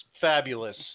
fabulous